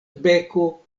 beko